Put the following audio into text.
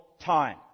time